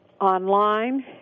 online